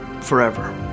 forever